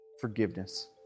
Forgiveness